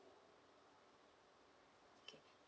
okay